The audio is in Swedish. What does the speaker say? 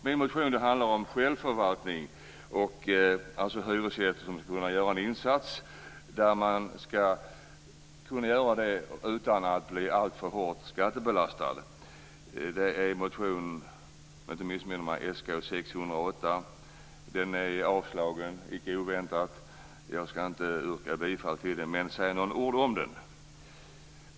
Min motion handlar om självförvaltning, dvs. hyresgäster som skulle kunna göra en insats utan att bli alltför hårt skattebelastade. Om jag inte missminner mig är det motion Sk608. Den är, icke oväntat, avslagen. Jag skall inte yrka bifall till den, men jag skall säga några ord om den.